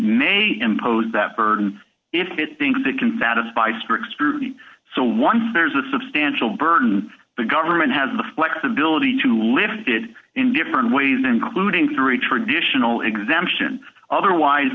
may impose that burden if it thinks it can satisfy strict scrutiny so once there's a substantial burden the government has the flexibility to live good in different ways including three traditional exemption otherwise